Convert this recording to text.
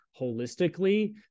holistically